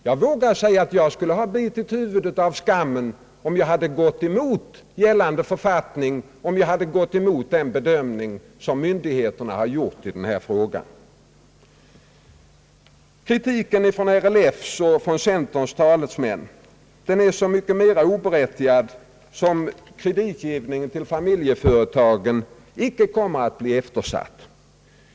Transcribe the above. Jag vågar säga att jag skulle ha bitit huvudet av skammen om jag hade gått emot gällande författning, om jag hade gått emot den bedömning som myndigheterna har gjort i denna fråga. Kritiken från RLF:s och från centerns talesmän är så mycket mer oberättigad som kreditgivningen till familjeföretagen icke kommer att bli eftersatt.